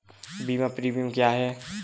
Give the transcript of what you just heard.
बीमा प्रीमियम क्या है?